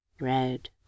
red